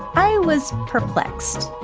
i was perplexed.